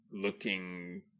looking